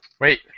Wait